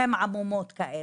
שהן עמומות כאלה.